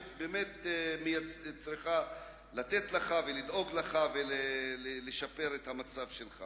שצריכה לתת לך ולדאוג לך ולשפר את מצבך.